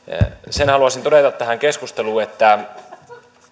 sen haluaisin todeta tähän keskusteluun nyt